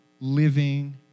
living